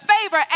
favor